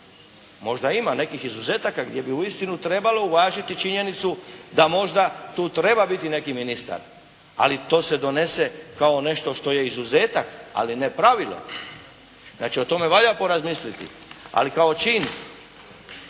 Možda ima nekih izuzetaka gdje bi uistinu trebalo uvažiti činjenicu da možda tu treba biti neki ministar, ali to se donese kao nešto što je izuzetak, ali ne pravilo. Znači o tome valja porazmisliti, ali kao čin